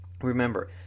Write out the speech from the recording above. Remember